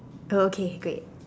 oh okay great